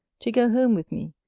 to go home with me,